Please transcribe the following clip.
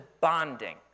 bonding